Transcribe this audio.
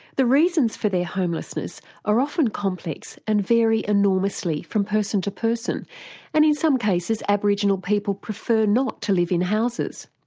the reasons for their homelessness are often complex, and vary enormously from person to person and in some cases aboriginal people prefer not to live in houses.